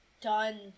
done